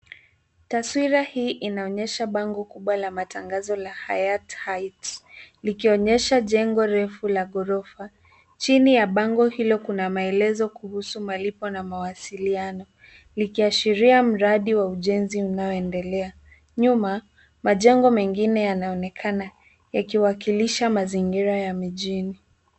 Taswira hii inaonyesha bango la matangazo la Hayat Heights likionyesha jengo refu la ghorofa. Chini ya bango hilo kuna maelezo kuhusu malipo na mawasiliano. Likiashiria mradi wa ujenzi unaoendelea. Nyuma, majengo mengine yanaonekana yakiwakilisha mazingira ya mijini.